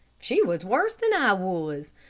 she was worse than i was.